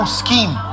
scheme